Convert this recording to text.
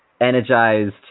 energized